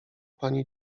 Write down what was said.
pani